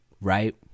right